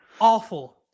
awful